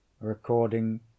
Recording